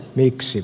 miksi